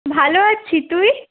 ভালো আছি তুই